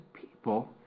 people